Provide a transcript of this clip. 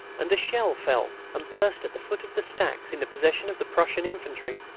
and a shell fell and burst at the foot of the stacks in the possession of the prussian infantry.